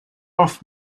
off